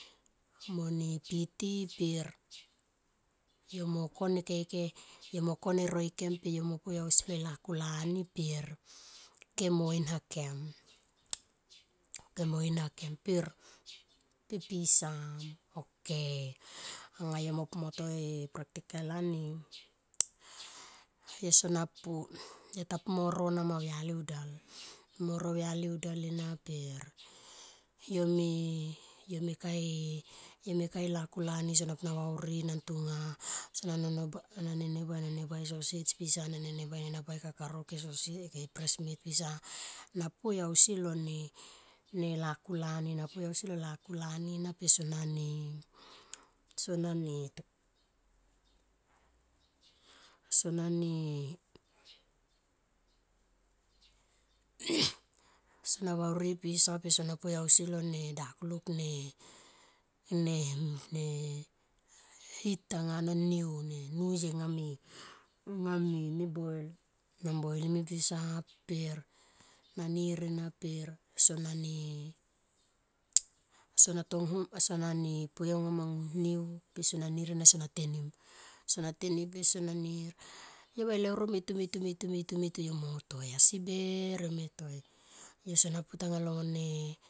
Mone piti per yom kone keikei yo mo kom e roikem per yomo poe ausi lo lakulani per kem mo inhakem per pe pisan. Okay anga yomo pu moto practical aning yosona pu yota pu nama mo ro auyali vudal moro auyali vudal per yome, yome kae yome kae lakulani sona pu na vauri i nan tonga per sona nenebuai na nenebuai nenebuai e sausage pisa na nenebuai nenebuai e kakaruk e sausage e presmit pisa na poe ausi lone lakulani napoe ausi lone lakulani na per sonane, sonane, sonane sona vauri i pisa per sona poe ausi lone dakulik ne, ne, nehit anga no ne niu ne nuye anga me nie boil na boilimi pisa per na nir ena per sonane tonghum sonane poe anga ma niu sona nir ena pe sona teni sona teni per sona nir yo vae leuro meutu, meutu, meutu, meutu, meutu yo mo toi asi ber yome toi yo sona putanga lo.